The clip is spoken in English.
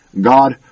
God